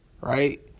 right